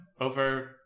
over